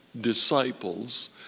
disciples